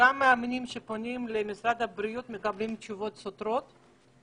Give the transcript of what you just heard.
מאמנים שפונים למשרד הבריאות מקבלים תשובות סותרות,